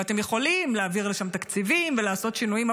ואתם יכולים להעביר לשם תקציבים ולעשות שינויים.